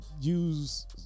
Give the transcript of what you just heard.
use